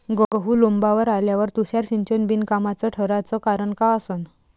गहू लोम्बावर आल्यावर तुषार सिंचन बिनकामाचं ठराचं कारन का असन?